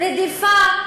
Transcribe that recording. רדיפה,